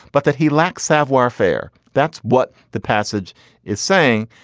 but that he lacks savoir faire that's what the passage is saying.